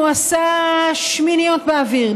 הוא עשה שמיניות באוויר,